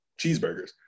cheeseburgers